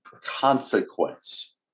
consequence